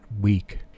weak